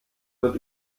wird